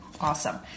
Awesome